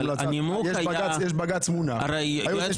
על פי ההמלצה,